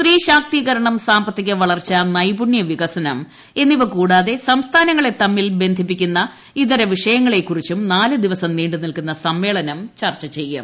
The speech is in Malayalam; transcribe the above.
സ്ത്രീ ശാക്തീകരണം സാമ്പത്തിക വളർച്ച നൈപുണ്യ വികസനം എന്നിവ കൂടാതെ സംസ്ഥാനങ്ങളെ തമ്മിൽ ബന്ധിപ്പിക്കുന്ന ഇതര വിഷയങ്ങളെക്കുറിച്ചും നാല് ദിവസം നീണ്ടു നിൽക്കുന്ന സമ്മേളനം ചർച്ച ചെയ്യും